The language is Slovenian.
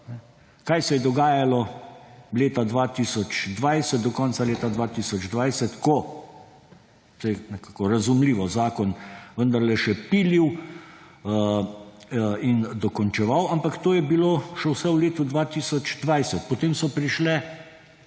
Kaj se je dogajalo leta 2020 do konca leta 2020, ko se je, to je nekako razumljivo, zakon vendarle še pilil in dokončeval, ampak to je bilo še v letu 2020. Potem so prišle